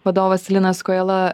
vadovas linas kojala